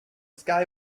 sky